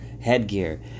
headgear